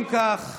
אם כך,